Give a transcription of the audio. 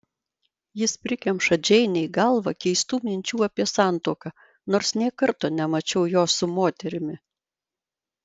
jis prikemša džeinei galvą keistų minčių apie santuoką nors nė karto nemačiau jo su moterimi